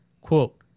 quote